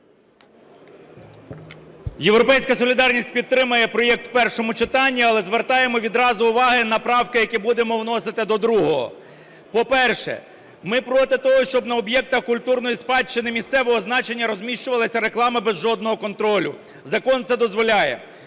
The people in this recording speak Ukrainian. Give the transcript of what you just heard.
"Європейська солідарність" підтримає проект в першому читанні, але звертаємо відразу увагу на правки, які будемо вносити до другого. По-перше, ми проти того, щоб на об'єктах культурної спадщини місцевого значення розміщувалася реклама без жодного контролю. Закон це дозволяє.